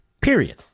period